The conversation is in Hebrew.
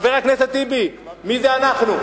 חבר הכנסת טיבי, מי זה "אנחנו"?